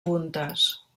puntes